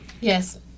Yes